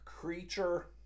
Creature